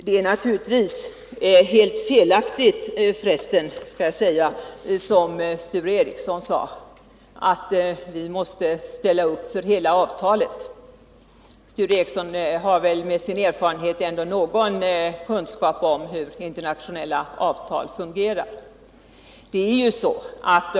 Det är naturligtvis helt felaktigt att vi, som Sture Ericson påstår, måste ställa upp för hela avtalet. Sture Ericson har väl med sin erfarenhet ändå någon kunskap om hur internationella avtal fungerar.